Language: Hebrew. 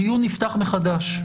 הדיון נפתח מחדש,